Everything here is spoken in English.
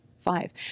five